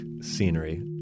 scenery